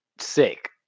sick